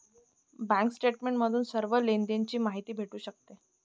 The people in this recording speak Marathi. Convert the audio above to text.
बँक स्टेटमेंट बघून सर्व लेनदेण ची माहिती भेटू शकते